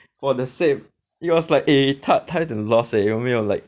for the same it was like eh 他他有点 lost leh 你们没有 like